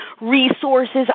resources